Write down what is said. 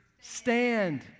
stand